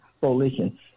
coalition